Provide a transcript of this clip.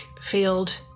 field